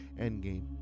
Endgame